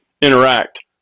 interact